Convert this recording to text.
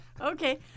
Okay